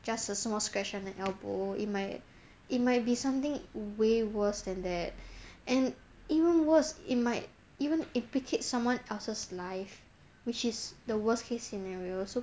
just a small scratch on the elbow it might it might be something way worse than that and even worse it might even implicate someone else's life which is the worst case scenario so